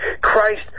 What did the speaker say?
Christ